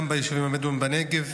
גם ביישובים הבדואיים בנגב